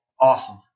awesome